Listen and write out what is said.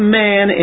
man